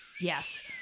Yes